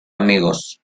amigos